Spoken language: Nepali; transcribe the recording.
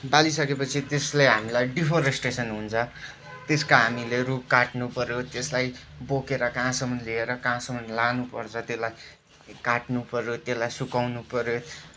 बालिसकेपछि त्यसले हामीलाई डिफोरेस्टेसन हुन्छ त्यसका हामीले रुख काट्नुपर्यो त्यसलाई बोकेर कहाँसम्म लिएर कहाँसम्म लानुपर्छ त्यसलाई काट्नुपर्यो त्यसलाई सुकाउनुपर्यो